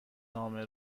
نامه